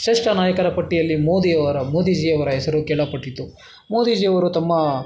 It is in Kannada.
ಶ್ರೇಷ್ಠ ನಾಯಕರ ಪಟ್ಟಿಯಲ್ಲಿ ಮೋದಿಯವರ ಮೋದೀಜಿಯವರ ಹೆಸರು ಕೇಳಲ್ಪಟ್ಟಿತು ಮೋದೀಜಿಯವರು ತಮ್ಮ